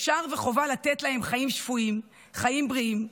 אפשר וחובה לתת להם חיים שפויים, חיים בריאים.